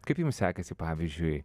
kaip jums sekasi pavyzdžiui